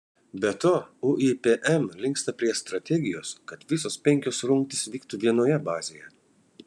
be to uipm linksta prie strategijos kad visos penkios rungtys vyktų vienoje bazėje